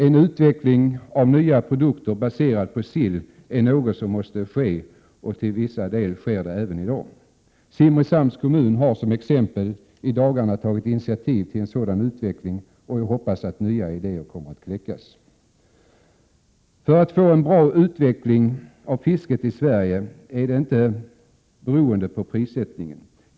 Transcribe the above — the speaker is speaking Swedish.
En utveckling av nya produkter baserade på sill är något som måste ske — och till viss del sker det redan i dag. Simrishamns kommun exempelvis har i dagarna tagit initiativ till en sådan utveckling, och jag hoppas att nya idéer kommer att kläckas. En bra utveckling av fisket i Sverige beror inte på prissättningen.